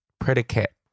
Predicate